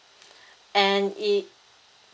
and it